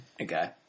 Okay